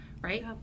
right